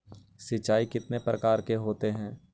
सिंचाई कितने प्रकार के होते हैं?